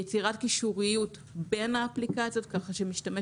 היא יצירת קישוריות בין האפליקציות כך שמשתמש